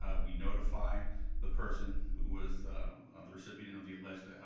ah we notify the person who was the recipient of the alleged,